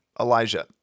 Elijah